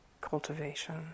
cultivation